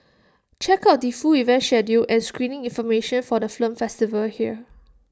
check out the full event schedule and screening information for the film festival here